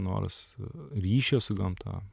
nors ryšio su gamta